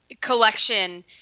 collection